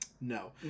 no